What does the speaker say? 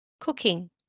cooking